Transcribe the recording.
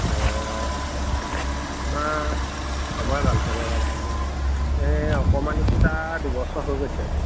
অঁ আমাৰ চবৰে ভাল চবৰে ভাল এই অকমানিতো তাৰ দুবছৰ হৈ গৈছে